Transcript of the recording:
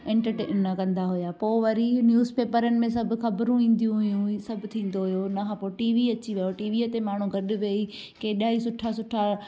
entertain न कंदा हुआ पोइ वरी न्यूज़पेपरनि में सभु ख़बरूं ईंदियूं हुयूं सभु थींदो हुओ उन खां पोइ टीवी अची वियो टीवीअ ते माण्हू गॾु विही केॾा ई सुठा सुठा